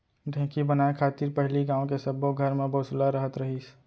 ढेंकी बनाय खातिर पहिली गॉंव के सब्बो घर म बसुला रहत रहिस